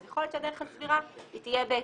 אז יכול להיות שהדרך הסבירה תהיה בהתאם.